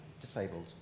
disabled